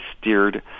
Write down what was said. steered